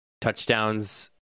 touchdowns